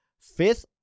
fifth